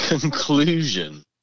conclusion